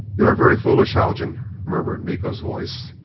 you are very foolish, haljan, murmured miko's voice.